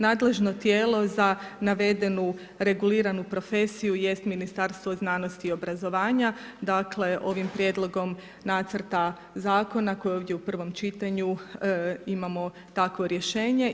Nadležnu tijelo za navedenu reguliranu profesiju jest Ministarstvo znanosti i obrazovanja, dakle, ovim prijedlogom nacrtom zakona, koji je ovdje u prvom čitanju, imamo takvo rješenje.